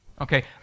Okay